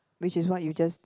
which is what you just